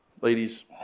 Ladies